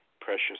precious